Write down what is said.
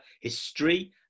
history